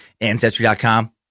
Ancestry.com